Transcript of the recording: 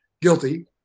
guilty